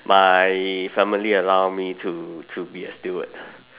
my family allow me to to be a steward